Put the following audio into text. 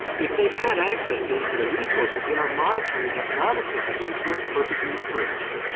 if they had access to infinite resources than our monetary and economics systems would work perfectly forever.